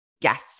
Yes